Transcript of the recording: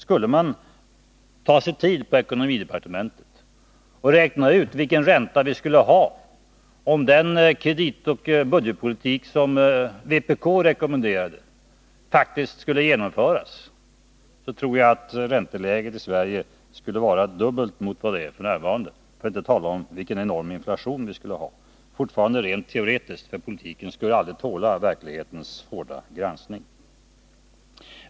Skulle man ta sig tid på ekonomidepartementet och räkna ut vilken ränta vi skulle ha, om den kreditoch budgetpolitik som vpk rekommenderar faktiskt skulle genomföras, tror jag att ränteläget i Sverige skulle visa sig bli dubbelt så högt som f. n., för att inte tala om vilken enorm inflation vi skulle ha — fortfarande rent teoretiskt, för den politiken skulle aldrig tåla verklighetens hårda granskning.